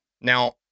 Now